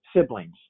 siblings